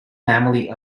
family